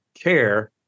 care